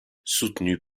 soutenu